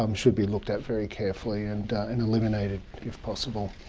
um should be looked at very carefully and and eliminated if possible.